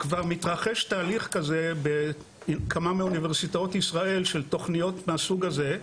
כבר מתרחש תהליך כזה בכמה מאוניברסיטאות ישראל של תוכניות מהסוג הזה,